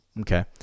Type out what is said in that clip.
Okay